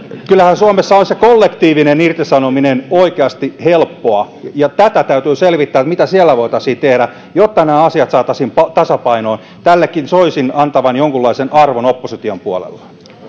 kyllähän suomessa on se kollektiivinen irtisanominen oikeasti helppoa ja tätä täytyy selvittää että mitä voitaisiin tehdä jotta nämä asiat saataisiin tasapainoon tällekin soisin annettavan jonkunlainen arvo opposition puolella